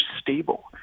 stable